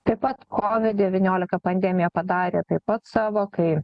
taip pat kovid devyniolika pandemija padarė taip pat savo kai